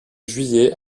juillet